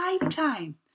lifetime